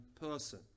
person